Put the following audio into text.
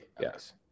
yes